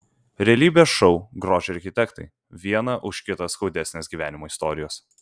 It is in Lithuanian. realybės šou grožio architektai viena už kitą skaudesnės gyvenimo istorijos